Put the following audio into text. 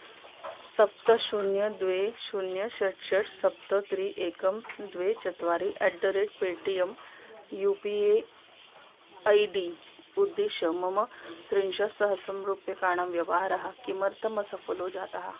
सप्त शून्यं द्वे शून्यं षट् षट् सप्त त्रीणि एकं द्वे चत्वारि at the rate Paytm U P A I D उद्दिश्य मम त्रिंशत्सहस्रं रूप्यकाणां व्यवहारः किमर्थम् असफलो जातः